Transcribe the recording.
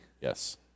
Yes